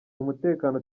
umutekano